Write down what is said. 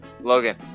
Logan